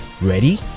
Ready